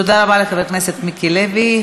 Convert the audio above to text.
תודה רבה לחבר הכנסת מיקי לוי.